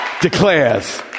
declares